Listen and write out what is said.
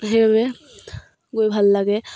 সেইবাবে গৈ ভাল লাগে